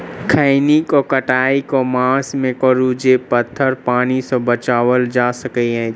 खैनी केँ कटाई केँ मास मे करू जे पथर पानि सँ बचाएल जा सकय अछि?